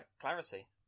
clarity